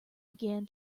began